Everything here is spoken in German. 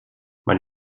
man